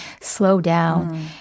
slowdown